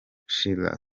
schiller